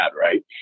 right